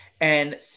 And-